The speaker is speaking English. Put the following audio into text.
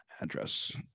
address